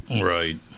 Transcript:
Right